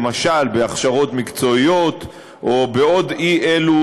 למשל בהכשרות מקצועיות ובעוד אי-אלו